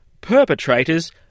perpetrators